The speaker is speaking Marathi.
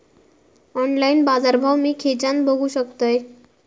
ऑनलाइन बाजारभाव मी खेच्यान बघू शकतय?